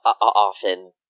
often